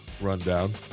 rundown